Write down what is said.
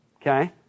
Okay